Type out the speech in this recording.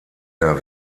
der